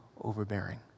overbearing